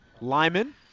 Lyman